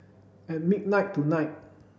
at midnight tonight